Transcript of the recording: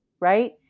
Right